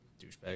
Douchebag